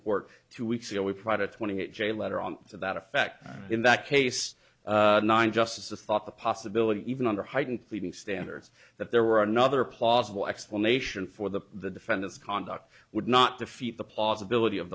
court two weeks ago we pried a twenty eight j letter on to that effect in that case nine justices thought the possibility even under heightened pleading standards that there were another plausible explanation for the defendant's conduct would not defeat the plausibility of